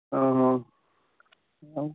ହ ହଉ ଆଉ